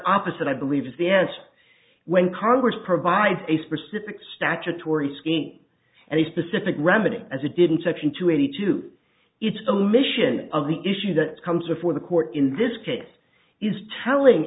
opposite i believe is the answer when congress provides a specific statutory scheme and a specific remedy as a didn't section two eighty two its own mission of the issue that comes before the court in this case is telling